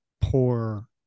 poor